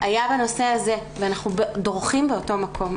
היה בנושא הזה, ואנחנו דורכים באותו מקום.